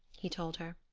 he told her.